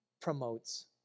promotes